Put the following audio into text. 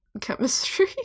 Chemistry